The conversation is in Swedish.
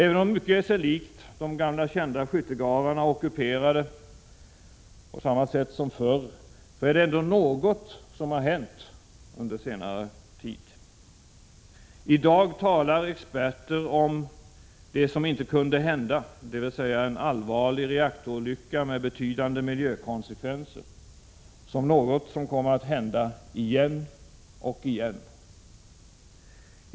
Även om mycket är sig likt, de gamla kända skyttegravarna ockuperade på samma sätt som förr, så är det ändå något som har hänt under senare tid. I dag talar experter om ”det som inte kunde hända”, dvs. en allvarlig reaktorolycka med betydande miljökonsekvenser, som något som kommer att hända igen och igen...